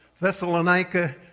Thessalonica